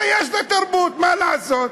יש לה תרבות, מה לעשות.